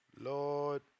Lord